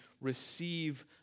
receive